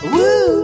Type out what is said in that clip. Woo